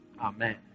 amen